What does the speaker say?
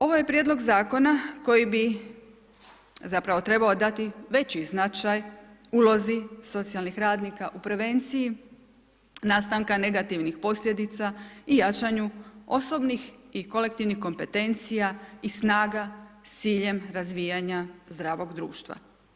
Ovo je prijedlog zakona koji bi trebao dati veći značaj ulozi socijalnih radnika u prevenciji nastanka negativnih posljedica i jačanju osobnih i kolektivnih kompetencija i snaga s ciljem razvijanja zdravog društva.